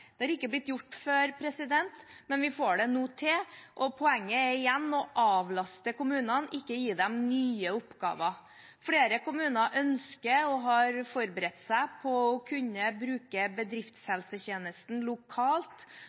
Det er ikke blitt gjort før, men vi får det til nå. Poenget er igjen å avlaste kommunene, ikke å gi dem nye oppgaver. Flere kommuner ønsker og har forberedt seg på å kunne bruke bedriftshelsetjenesten lokalt,